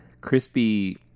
crispy